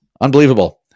Unbelievable